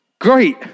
great